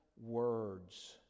words